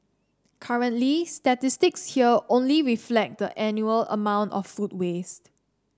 currently statistics here only reflect the annual amount of food waste